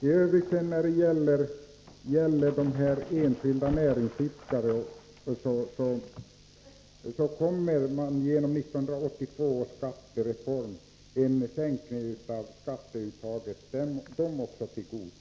I övrigt kommer genom 1982 års skattereform en sänkning av skatteuttaget också de enskilda näringsidkarna till godo.